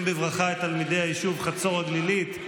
בברכה את תלמידי היישוב חצור הגלילית.